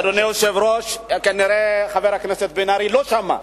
אדוני היושב-ראש, כנראה חבר הכנסת בן-ארי לא שמע.